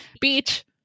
beach